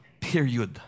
Period